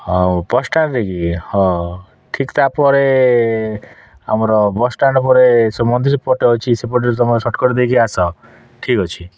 ହଉ bus stand ଦେଇକି ହଁ ଠିକ୍ ତାପରେ ଆମର ବସ୍ ଷ୍ଟାଣ୍ଡ୍ ପରେ ସେ ମନ୍ଦିର ପଟ ଅଛି ସେପଟେରେ ତମ ସର୍ଟ କଟ୍ ଦେଇକି ଆସ ଠିକ୍ ଅଛି